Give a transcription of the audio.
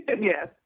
Yes